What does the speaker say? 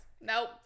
Nope